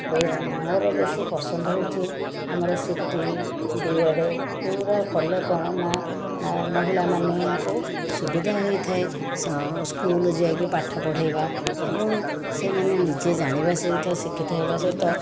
ମୋର ବେଶୀ ପସନ୍ଦ ହେଉଛି ଆମର ସିଟି ବିଏଡ଼ି ଏଗୁଡ଼ାକ କଲେ କ'ଣ ନା ମହିଳାମାନଙ୍କୁ ସୁବିଧା ହୋଇଥାଏ ସ୍କୁଲ ଯାଇକି ପାଠ ପଢ଼େଇବା ଏବଂ ସେମାନେ ନିଜେ ଜାଣିବା ସହିତ ଶିକ୍ଷିତ ହେବା ସହିତ